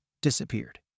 disappeared